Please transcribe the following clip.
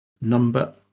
number